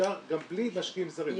אפשר גם בלי משקיעים זרים,